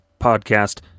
podcast